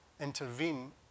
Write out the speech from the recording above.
intervene